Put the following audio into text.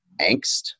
angst